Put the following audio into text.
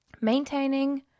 maintaining